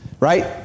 Right